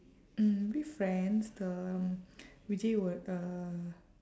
mm maybe friends the vijay would uh